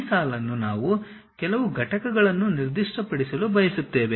ಈ ಸಾಲನ್ನು ನಾವು ಕೆಲವು ಘಟಕಗಳನ್ನು ನಿರ್ದಿಷ್ಟಪಡಿಸಲು ಬಯಸುತ್ತೇವೆ